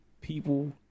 people